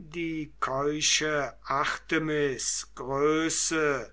die keusche artemis größe